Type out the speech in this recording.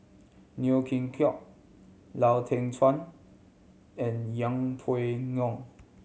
Neo Chwee Kok Lau Teng Chuan and Yeng Pway Ngon